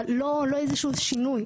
אבל לא איזשהו שינוי,